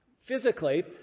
physically